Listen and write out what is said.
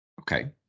Okay